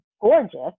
gorgeous